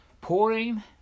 pouring